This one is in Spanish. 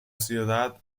ciudad